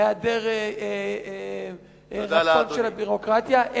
היעדר רצון של הביורוקרטיה,